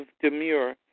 demure